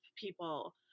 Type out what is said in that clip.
people